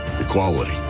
equality